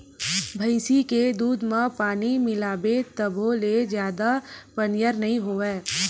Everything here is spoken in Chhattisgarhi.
भइसी के दूद म पानी मिलाबे तभो ले जादा पनियर नइ होवय